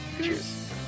Cheers